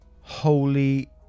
Holy